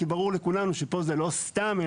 כי ברור לכולנו שפה זה לא סתם,